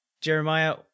Jeremiah